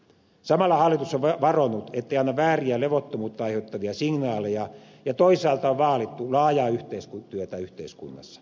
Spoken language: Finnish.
samalla hallitus on varonut ettei anna vääriä levottomuutta aiheuttavia signaaleja ja toisaalta on vaalittu laajaa yhteistyötä yhteiskunnassa